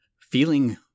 feeling